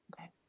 Okay